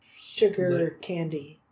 sugar-candy